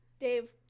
Dave